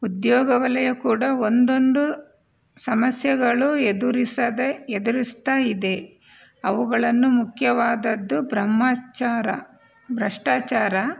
ಉದ್ಯೋಗ ವಲಯ ಕೂಡ ಒಂದೊಂದು ಸಮಸ್ಯೆಗಳು ಎದುರಿಸದೆ ಎದುರಿಸ್ತಾ ಇದೆ ಅವುಗಳನ್ನು ಮುಖ್ಯವಾದದ್ದು ಬ್ರಹ್ಮಚಾರ ಭ್ರಷ್ಟಾಚಾರ